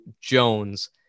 Jones